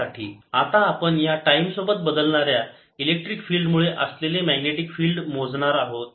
E∂t Q0e tRCRCπa20 z आता आपण या टाईम सोबत बदलणाऱ्या इलेक्ट्रिक फिल्ड मुळे असलेले मॅग्नेटिक फिल्ड मोजणार आहोत